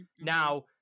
Now